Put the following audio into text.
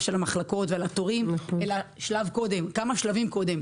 של המחלקות ועל התורים אלא כמה שלבים קודם,